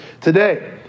today